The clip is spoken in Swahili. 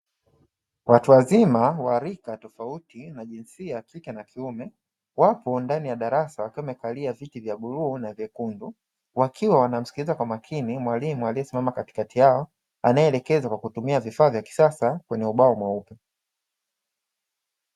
Watu wazima wa rika tofauti na jinsia ya kike na kiume, wapo ndani ya darasa wakiwa wamekalia viti vya bluu na vyekundu, wakiwa wanamsikiliza kwa makini mwalimu aliyesimama katikati yao anayeelekeza kwa kutumia vifaa vya kisasa kwenye ubao mweupe.